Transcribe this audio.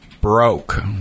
broke